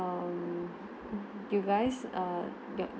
um you guys err